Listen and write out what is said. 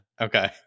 Okay